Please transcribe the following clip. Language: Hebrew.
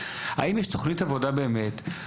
האם יש תוכנית עבודה באמת?